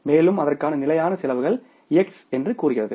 மேலும் அதற்கான நிலையான செலவுகள் X என்று கூறுகிறது